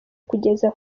kugeza